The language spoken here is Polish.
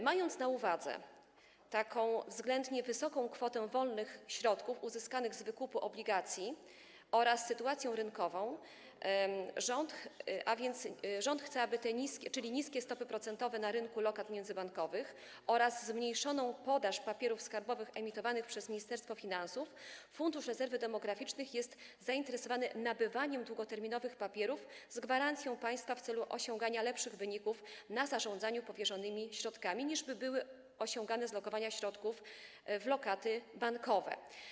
Mając na uwadze taką względnie wysoką kwotę wolnych środków uzyskanych z wykupu obligacji oraz sytuację rynkową, czyli niskie stopy procentowe na rynku lokat międzybankowych oraz zmniejszoną podaż papierów skarbowych emitowanych przez Ministerstwo Finansów, Fundusz Rezerwy Demograficznych jest zainteresowany nabywaniem długoterminowych papierów z gwarancją państwa w celu osiągania lepszych wyników w zarządzaniu powierzonymi środkami niż w przypadku lokowania środków w lokaty bankowe.